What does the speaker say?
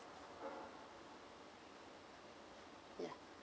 ya